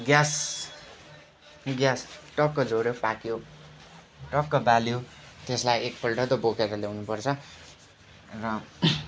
gas gas टक्क जोड्यो पाक्यो टक्क बाल्यो त्यसलाई एकपल्ट त बोकेर ल्याउनुपर्छ र